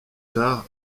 tard